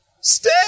Stay